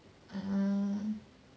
um